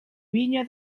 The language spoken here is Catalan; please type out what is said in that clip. vinya